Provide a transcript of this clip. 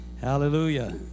hallelujah